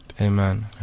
Amen